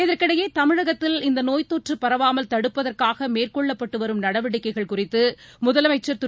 இதற்கிடையே தமிழகத்தில் இந்த நோய் தொற்று பரவாமல் தடுப்பதற்காக மேற்கொள்ளப்பட்டு வரும் நடவடிக்கைகள் குறித்து முதலமைச்சர் திரு